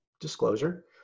disclosure